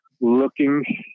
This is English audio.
looking